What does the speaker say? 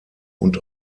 und